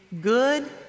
Good